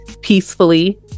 Peacefully